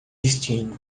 destino